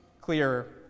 clearer